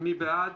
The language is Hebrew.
מי בעד?